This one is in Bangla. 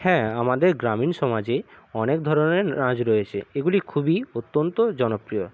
হ্যাঁ আমাদের গ্রামীণ সমাজে অনেক ধরণের না নাচ রয়েছে এগুলি খুবই অত্যন্ত জনপ্রিয়